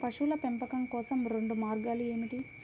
పశువుల పెంపకం కోసం రెండు మార్గాలు ఏమిటీ?